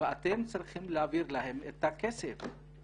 ואתם צריכים להעביר להם את הכסף.